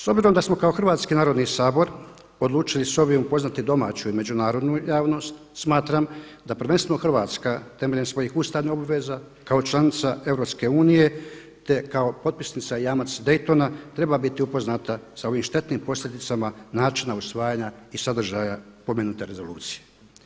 S obzirom da smo kao Hrvatski narodni sabor odlučili sa ovim upoznati domaću i međunarodnu javnost smatram da prvenstveno Hrvatska temeljem svojih ustavnih obveza kao članica EU, te kao potpisnica i jamac Daytona treba biti upoznata sa ovim štetnim posljedicama načina usvajanja i sadržaja pomenute rezolucije.